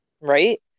Right